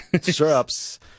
Syrups